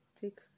take